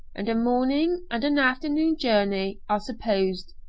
and a morning and an afternoon journey, are supposed.